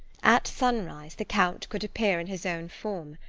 at sunrise the count could appear in his own form.